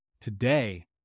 Today